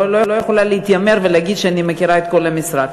לא יכולה להתיימר ולהגיד שאני מכירה את כל המשרד.